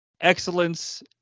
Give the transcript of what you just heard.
excellence